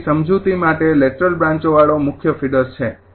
તેથી સમજૂતી માટે લેટરલ બ્રાંચોવાળો મુખ્ય ફીડર છે